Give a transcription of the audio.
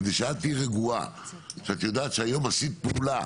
כדי שאת תהיי רגועה שאת יודעת שהיום עשית פעולה